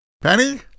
Penny